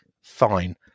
fine